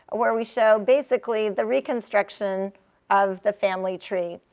where we show basically the reconstruction of the family tree.